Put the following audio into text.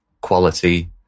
quality